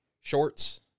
shorts